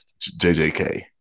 JJK